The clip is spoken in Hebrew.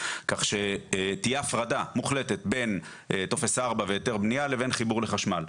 כך שתהיה הפרדה מוחלטת בין טופס 4 והיתר בנייה לבין חיבור לחשמל.